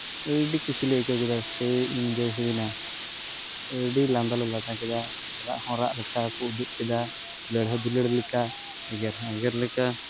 ᱟᱹᱰᱤ ᱠᱩᱥᱤ ᱞᱮ ᱟᱹᱭᱠᱟᱹᱣ ᱠᱮᱫᱟ ᱥᱮᱹᱭ ᱤᱱᱡᱚᱭ ᱦᱩᱭᱮᱱᱟ ᱟᱹᱰᱤ ᱞᱟᱸᱫᱟ ᱞᱮ ᱞᱟᱸᱫᱟ ᱠᱮᱫᱟ ᱨᱟᱜ ᱦᱚᱸ ᱨᱟᱜ ᱞᱮᱠᱟ ᱠᱚ ᱩᱡᱩᱜ ᱠᱮᱫᱟ ᱜᱩᱞᱟᱹᱲ ᱦᱚᱸ ᱫᱩᱞᱟᱹᱲ ᱞᱮᱠᱟ ᱮᱜᱮᱨ ᱦᱚᱸ ᱮᱜᱮᱨ ᱞᱮᱠᱟ